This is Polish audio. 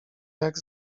jak